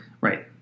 Right